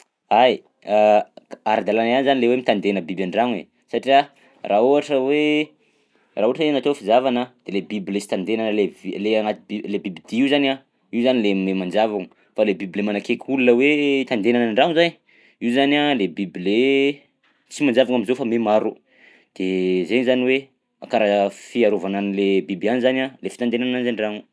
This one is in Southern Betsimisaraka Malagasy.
Ay, ara-dalàna ihany zany le hoe mitandena biby an-dragno e satria raha ohatra hoe raha ohatra hoe natao ny fizahavana de le biby le sy tandenana le vi- le agnaty bi- le bibidia io zany a io zany le mihamanjavogna fa lay biby lay manakaiky olona hoe tandenana an-dragno zany, io zany a le biby le tsy manjavogna am'zao fa mihamaro de zainy zany hoe karaha fiarovana an'le biby ihany zany a le fitandenana azy an-dragno.